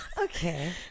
Okay